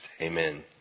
Amen